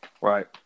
right